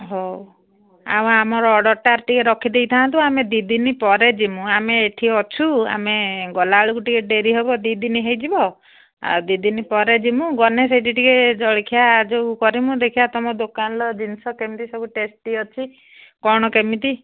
ହଉ ଆଉ ଆମର ଅର୍ଡରଟା ଟିକେ ରଖିଦେଇଥାନ୍ତୁ ଆମେ ଦୁଇ ଦିନ ପରେ ଯିବୁ ଆମେ ଏଠି ଅଛୁ ଆମେ ଗଲାବେଳକୁ ଟିକେ ଡେରି ହେବ ଦୁଇ ଦିନ ହୋଇଯିବ ଆଉ ଦୁଇ ଦିନ ପରେ ଯିବୁ ଗଲେ ସେଇଠି ଟିକେ ଜଳଖିଆ ଯୋଉ କରିବୁ ଦେଖିବା ତୁମ ଦୋକାନର ଜିନିଷ କେମିତି ସବୁ ଟେଷ୍ଟି ଅଛି କ'ଣ କେମିତି